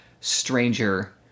stranger